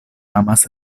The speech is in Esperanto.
amas